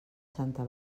santa